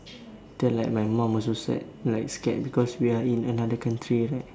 than like my mum also scared like scared because we are in another country right